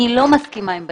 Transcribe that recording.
אני לא מסכימה עם בליליוס.